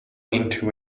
into